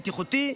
בטיחותי,